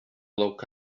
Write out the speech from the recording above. look